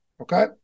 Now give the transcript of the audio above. Okay